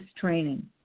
training